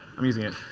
i'm using it.